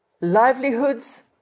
livelihoods